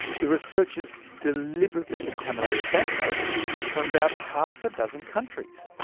the researchers deliberately contaminated banknotes from about half a dozen countries.